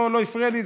לא הפריע לי,